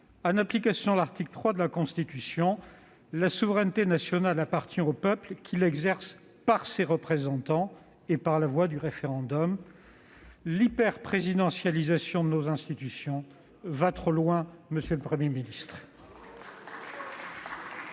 En application de l'article 3 de la Constitution, « la souveraineté nationale appartient au peuple qui l'exerce par ses représentants et par la voie du référendum. » L'hyperprésidentialisation de nos institutions va trop loin. Deuxièmement,